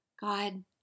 God